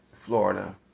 Florida